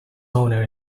owner